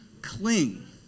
Cling